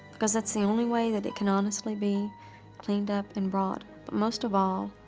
because that's the only way that it can, honestly, be cleaned up and brought. but most of all,